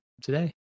today